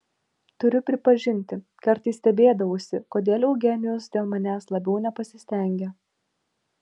turiu pripažinti kartais stebėdavausi kodėl eugenijus dėl manęs labiau nepasistengia